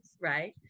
right